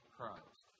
Christ